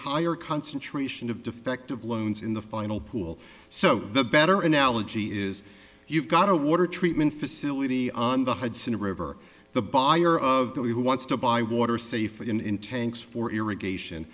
higher concentration of defective loans in the final pool so the better analogy is you've got a water treatment facility on the hudson river the buyer of that who wants to buy water safe in tanks for irrigation